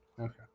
Okay